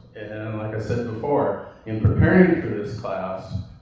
like i said before, in preparing for this class,